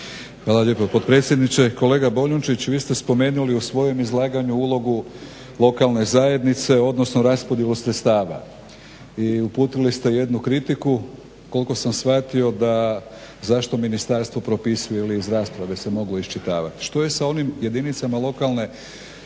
Hvala lijepo potpredsjedniče. Kolega Boljunčić vi ste spomenuli u svojem izlaganju ulogu lokalne zajednice, odnosno raspodjelu sredstava i uputili ste jednu kritiku koliko sam shvatio da zašto ministarstvo propisuje ili iz rasprave se moglo iščitavati. Što je sa onim jedinicama lokalne samouprave